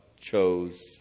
chose